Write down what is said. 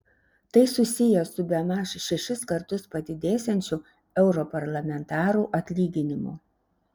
tai susiję su bemaž šešis kartus padidėsiančiu europarlamentarų atlyginimu